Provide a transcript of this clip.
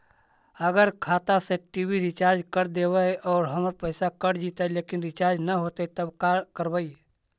अगर खाता से टी.वी रिचार्ज कर देबै और हमर पैसा कट जितै लेकिन रिचार्ज न होतै तब का करबइ?